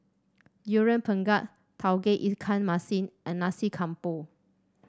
Durian Pengat Tauge Ikan Masin and Nasi Campur